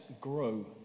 grow